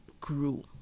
grew